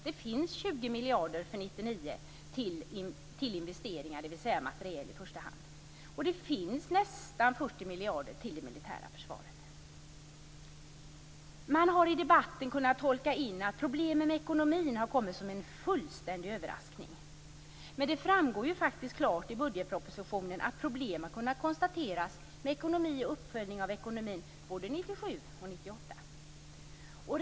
Det finns 20 miljarder för 1999 till investeringar, dvs. materiel i första hand, och det finns nästan 40 Man har i debatten kunnat tolka in att problemen med ekonomin kommit som en fullständig överraskning. Men det framgår klart i budgetpropositionen att problemen med ekonomin och uppföljningen av ekonomin har kunnat konstaterats både 1997 och 1998.